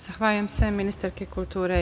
Zahvaljujem se ministarki kulture i